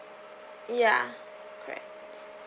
ya correct